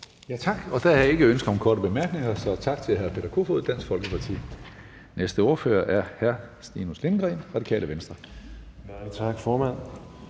Tak. Der er ikke ønske om korte bemærkninger, så tak til hr. Peter Kofod, Dansk Folkeparti. Næste ordfører er hr. Stinus Lindgreen, Radikale Venstre. Kl.